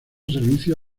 servicio